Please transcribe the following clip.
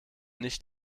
nicht